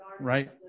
Right